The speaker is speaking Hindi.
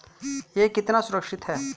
यह कितना सुरक्षित है?